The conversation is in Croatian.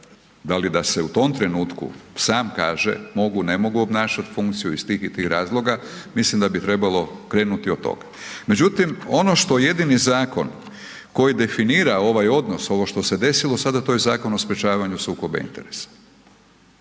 da li da se u tom trenutku sam kaže, mogu, ne mogu obnašati funkciju, iz tih i tih razloga, mislim da bi trebalo krenuti od tog. Međutim, ono što jedini zakon koji definira ovaj odnos, ovo što se desilo sada, to je Zakon o sprječavanju sukoba interesa.